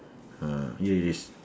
ah erase